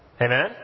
Amen